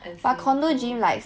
and swimming pool